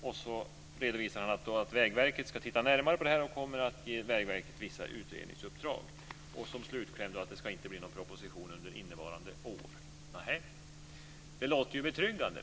Sedan redovisas att Vägverket ska titta närmare på det här och att man kommer att ge Vägverket vissa utredningsuppdrag. Som slutkläm kommer att det inte ska bli någon proposition under innevarande år. Det låter ju betryggande.